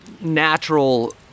natural